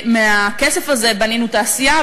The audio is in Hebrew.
מהכסף הזה בנינו תעשייה,